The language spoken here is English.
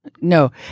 No